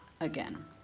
again